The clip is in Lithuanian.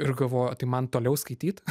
ir galvoju o tai man toliau skaityt